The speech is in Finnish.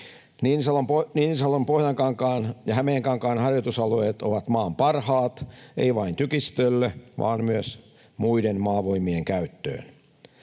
Niinisalon Pohjankankaan ja Hämeenkankaan harjoitusalueet ovat maan parhaat, ei vain tykistölle vaan myös muiden maavoimien käyttöön.